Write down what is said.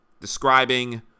describing